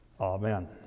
Amen